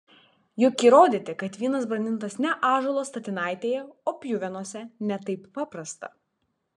juk įrodyti kad vynas brandintas ne ąžuolo statinaitėje o pjuvenose ne taip paprasta